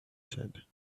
said